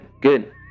good